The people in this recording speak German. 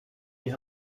die